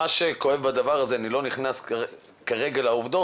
אבל אני מדבר איתך על תשובות.